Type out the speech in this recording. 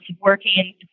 working